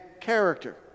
character